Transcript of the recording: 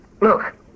Look